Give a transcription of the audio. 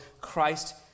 Christ